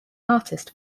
artist